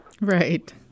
Right